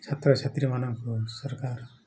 ଛାତ୍ରଛାତ୍ରୀମାନଙ୍କୁ ସରକାର